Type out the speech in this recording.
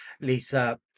Lisa